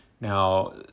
Now